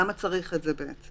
למה צריך את זה בעצם?